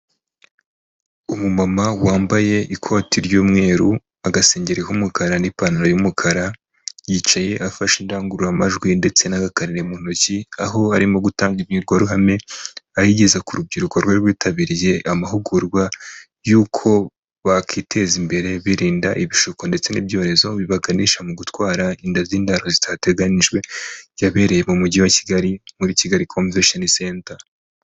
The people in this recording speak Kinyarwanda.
Umu mama wambaye ikoti ry'umweru, agasengeri k'umukara n'ipantaro y'umukara, yicaye afashe indangururamajwi ndetse n'agakarine mu ntoki. aho arimo gutanga imbwirwaruhame ayigeza ku rubyiruko rwari rwitabiriye amahugurwa y'uko bakiteza imbere, birinda ibishuko ndetse n'ibyorezo bibaganisha mu gutwara inda z'indaro zitateganjwe yabereye mu mujyi wa kigali muri kigali convention centre.